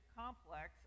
complex